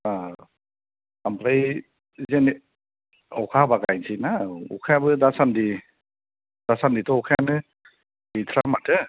आमफ्राय अखा हाबा गायसैना अखायाबो दासानन्दि दासानन्दिथ' अखायानो गैथ्रा माथो